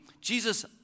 Jesus